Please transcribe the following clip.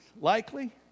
likely